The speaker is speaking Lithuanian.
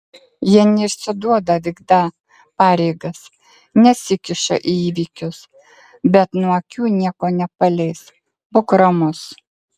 jie neišsiduoda vykdą pareigas nesikiša į įvykius bet nuo akių nieko nepaleis būk ramus